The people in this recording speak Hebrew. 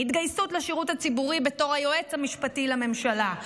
התגייסות לשירות הציבורי בתור היועץ המשפטי לממשלה,